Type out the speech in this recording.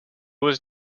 was